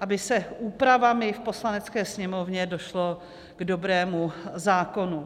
aby se úpravami v Poslanecké sněmovně došlo k dobrému zákonu.